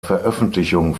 veröffentlichung